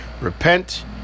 Repent